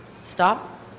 stop